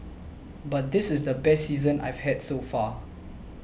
but this is the best season I've had so far